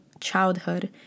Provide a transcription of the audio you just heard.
childhood